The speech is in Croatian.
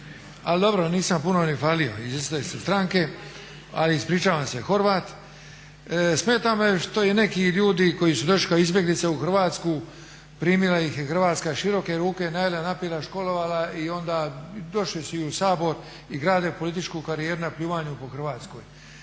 ali dobro nisam puni ni falio, iz iste ste stranke, a ispričavam se Horvat. Smeta me što neki ljudi koji su došli kao izbjeglice u Hrvatsku, primila ih je Hrvatska široke ruke, najela, napila, školovala i onda došli su i u Sabor i grade političku karijeru na pljuvanju po Hrvatskoj.